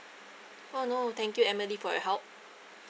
oh no thank you emily for your help